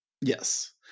yes